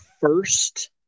First